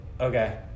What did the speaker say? okay